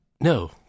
No